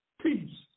peace